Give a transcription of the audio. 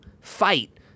fight